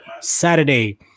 Saturday